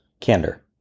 Candor